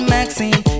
Maxine